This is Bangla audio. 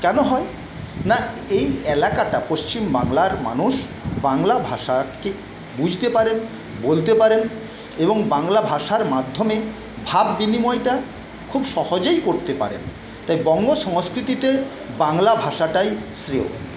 কেন হয় না এই এলাকাটা পশ্চিমবাংলার মানুষ বাংলা ভাষাকে বুঝতে পারেন বলতে পারেন এবং বাংলা ভাষার মাধ্যমে ভাব বিনিময়টা খুব সহজেই করতে পারেন তাই বঙ্গ সংস্কৃতিতে বাংলা ভাষাটাই শ্রেয়